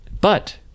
But